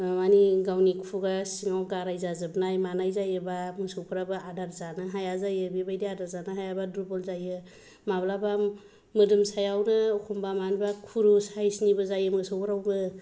माने गावनि खुगा सिङाव गाराइ जाजोबनाय मानाय जायोब्ला मोसौफोराबो आदार जानो हाया जायो आरो बेबायदि आदार जानो हायाब्ला दुरबल जायो माब्लाबा मोदोम सायावनो एखमब्ला मानिबा खुरु साइसनिबो जायो मोसौफोरनावबो